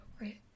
right